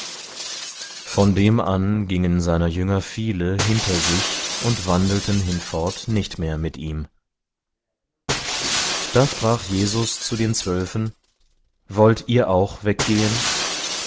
von dem an gingen seiner jünger viele hinter sich und wandelten hinfort nicht mehr mit ihm da sprach jesus zu den zwölfen wollt ihr auch weggehen